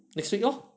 next week lor